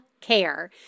Care